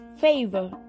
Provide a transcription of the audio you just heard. Favor